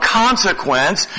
consequence